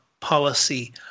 policy